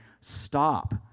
stop